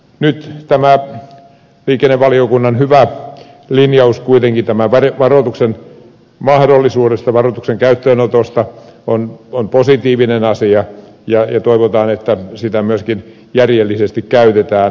nyt tämä liikennevaliokunnan hyvä linjaus kuitenkin tästä varoituksen mahdollisuudesta varoituksen käyttöönotosta on positiivinen asia ja toivotaan että sitä myöskin järjellisesti käytetään